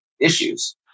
issues